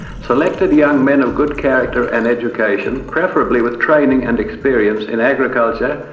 selected young men of good character and education, preferably with training and experience in agriculture,